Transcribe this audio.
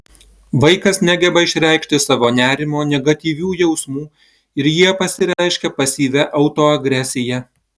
vaikas negeba išreikšti savo nerimo negatyvių jausmų ir jie pasireiškia pasyvia autoagresija